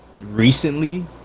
recently